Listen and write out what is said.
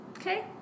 Okay